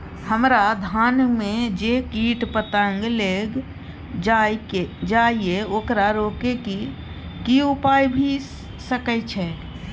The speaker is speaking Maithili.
हमरा धान में जे कीट पतंग लैग जाय ये ओकरा रोके के कि उपाय भी सके छै?